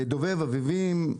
דובב, אביבים,